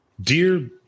Dear